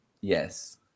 Yes